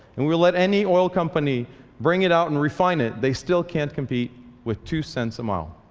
and we'd let any oil company bring it out and refine it, they still can't compete with two cents a mile.